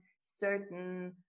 certain